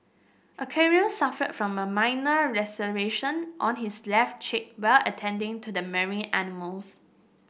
aquarium suffered from a minor laceration on his left cheek while attending to the marine animals